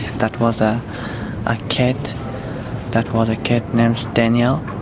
that was a ah kid. that was a kid named daniel.